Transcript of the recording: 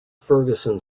ferguson